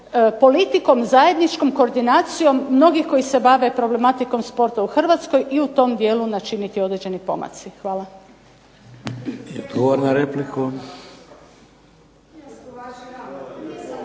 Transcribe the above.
politikom zajedničkom koordinacijom mnogi koji se bave problematikom sporta u HRvatskoj i u tom dijelu načiniti određeni pomaci. Hvala.